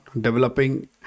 developing